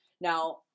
Now